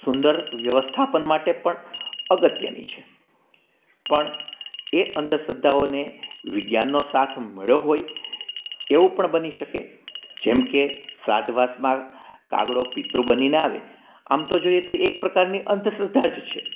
સુંદર વ્યવસ્થાપન માટે પણ અગત્યની છે પણ એ અંધશ્રદ્ધાઓને વિજ્ઞાનનો સાથ મળ્યો હોય એવું પણ બની શકે જેમકે સાંધવાસમાં કાગડો પિતૃ બનીને આવે આમ તો જોઈએ તો એક પ્રકારની અંધશ્રદ્ધા જ છે